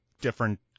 different